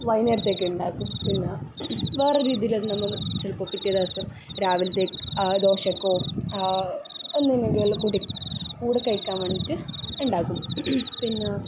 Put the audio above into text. വൈകുന്നേരത്തേക്ക് ഉണ്ടാക്കും പിന്നെ വേറൊര് രീതീയിലത് നമ്മൾ ചിലപ്പം പിറ്റേ ദിവസം രാവിൽത്തെ ദോശക്കൊ എന്നിനെങ്കിലും കുടി കൂടെ കഴിയ്ക്കാൻ വേണ്ടിയിട്ട് ഉണ്ടാക്കും പിന്നെ